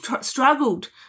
struggled